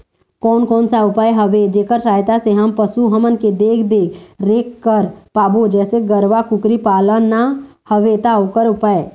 कोन कौन सा उपाय हवे जेकर सहायता से हम पशु हमन के देख देख रेख कर पाबो जैसे गरवा कुकरी पालना हवे ता ओकर उपाय?